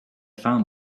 found